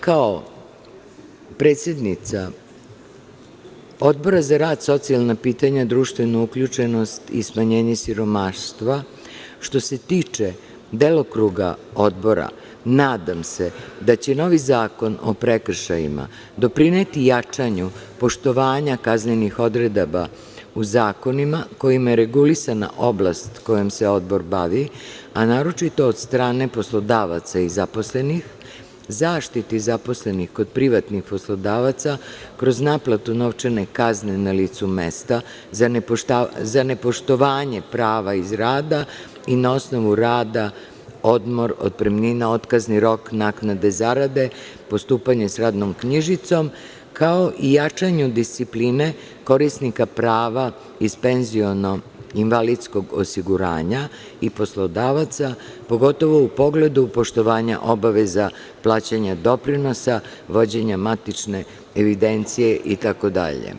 Kao predsednica Odbora za rad, socijalna pitanja, društvenu uključenost i smanjenje siromaštva, što se tiče delokruga Odbora, nadam se da će novi zakon o prekršajima doprineti jačanju poštovanja kaznenih odredaba u zakonima kojima je regulisana oblast kojom se Odbor bavi, a naročito od strane poslodavaca i zaposlenih, zaštiti zaposlenih kod privatnih poslodavaca kroz naplatu novčane kazne na licu mesta za nepoštovanje prava iz rada i na osnovu rada odmor, otpremnina, otkazni rok, naknade zarade, postupanje sa radnom knjižicom, kao i jačanju discipline korisnika prava iz penziono-invalidskog osiguranja i poslodavaca, pogotovo u pogledu poštovanja obaveza plaćanja doprinosa, vođenja matične evidencije itd.